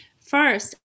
First